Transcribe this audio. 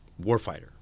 warfighter